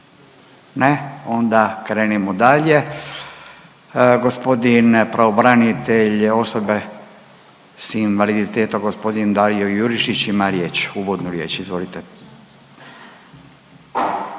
Ne, onda krenimo dalje. Gospodin pravobranitelj osoba s invaliditetom, gospodin Dario Jurišić ima riječ, uvodnu riječ. Izvolite.